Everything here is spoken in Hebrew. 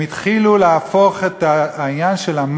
והם התחילו להפוך את המים